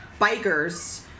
bikers